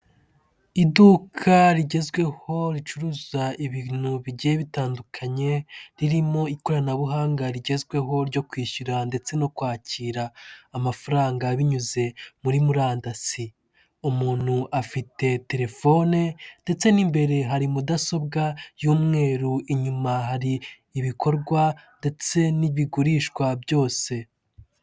Iduka rigezweho ricuruza ibintu bigiye bitandukanye ririmo ikoranabuhanga rigezweho ryo kwishyura ndetse no kwakira amafaranga binyuze muri murandasi umuntu afite telefone ndetse n'imbere hari mudasobwa y'umweru inyuma hari ibikorwa ndetse n'ibigurishwa byose.